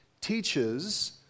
teaches